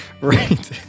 right